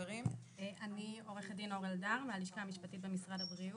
אני עורכת דין אור אלדר מהלשכה המשפטית במשרד הבריאות,